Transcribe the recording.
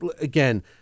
again